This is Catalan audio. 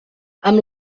amb